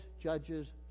judges